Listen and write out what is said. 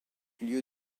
lieu